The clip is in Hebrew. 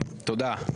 תודה.